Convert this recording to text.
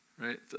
right